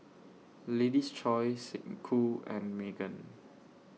Lady's Choice Snek Ku and Megan